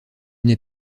n’es